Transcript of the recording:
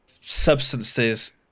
substances